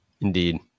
Indeed